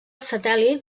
satèl·lit